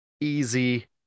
easy